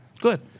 Good